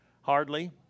hardly